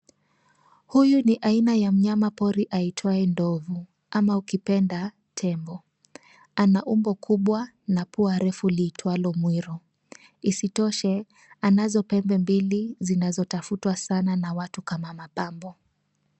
Huyu ni aina ya mnyamapori aitwaye ndovu ama ukipenda tembo. Ana umbo kubwa na pua kubwa liitwalo mweru, isitoshe anazo pembe mbili zinazotafutwa sana na watu kama mampambo.